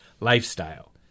lifestyle